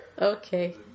Okay